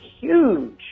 huge